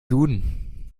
duden